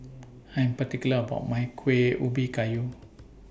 I Am particular about My Kuih Ubi Kayu